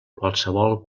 qualsevol